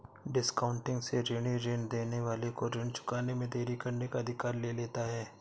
discounting से ऋणी ऋण देने वाले को ऋण चुकाने में देरी करने का अधिकार ले लेता है